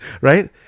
Right